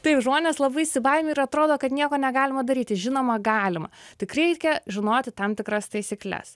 tai žmonės labai įsibaiminę atrodo kad nieko negalima daryti žinoma galima tik reikia žinoti tam tikras taisykles